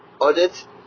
audit